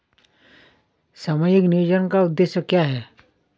सामाजिक नियोजन का उद्देश्य क्या है?